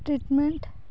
treatment